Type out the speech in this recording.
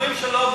אומרים שלא,